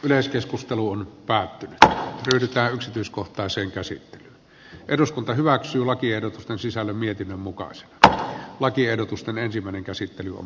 yleiskeskusteluun päätynyttä sisältää yksityiskohtaisen käsittelyn eduskunta hyväksy lakien sisällön mietinnön mukaiset lakiehdotusten ensimmäinen koskevat vaatimukset